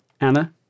Anna